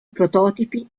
prototipi